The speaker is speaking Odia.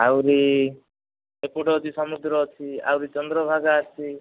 ଆହୁରି ଏପଟେ ଅଛି ସମୁଦ୍ର ଅଛି ଆହୁରି ଚନ୍ଦ୍ରଭାଗା ଅଛି